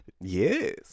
yes